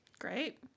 great